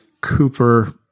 Cooper